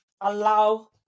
allow